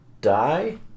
die